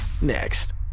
Next